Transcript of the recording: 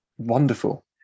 Wonderful